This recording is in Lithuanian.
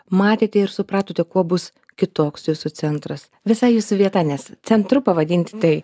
matėte ir supratote kuo bus kitoks jūsų centras visa jūsų vieta nes centru pavadinti tai